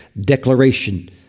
declaration